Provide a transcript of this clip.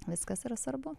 viskas yra svarbu